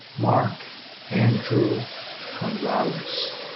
mark andrew honrales.